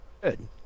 Good